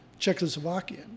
Czechoslovakian